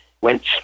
went